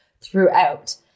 throughout